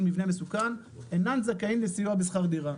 מבנה מסוכן אינם זכאים לסיוע בשכר דירה.